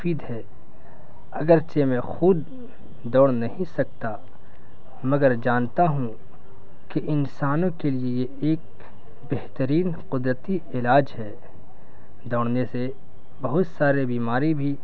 مفید ہے اگر چہ میں خود دوڑ نہیں سکتا مگر جانتا ہوں کہ انسانوں کے لیے ایک بہترین قدرتی علاج ہے دوڑنے سے بہت سارے بیماری بھی